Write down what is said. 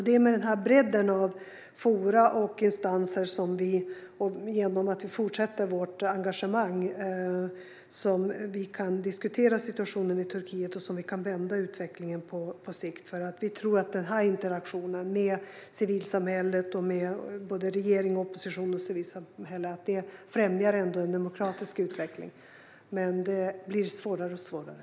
Det är med denna bredd av forum och instanser som vi genom att fortsätta vårt engagemang kan diskutera situationen i Turkiet och på sikt vända utvecklingen. Vi tror att denna interaktion, med såväl regeringen som oppositionen och civilsamhället, främjar en demokratisk utveckling. Det blir dock svårare och svårare.